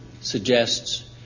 suggests